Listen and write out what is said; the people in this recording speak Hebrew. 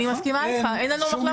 אני מסכימה איתך, אין לנו מחלוקת.